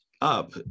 up